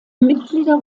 mitglieder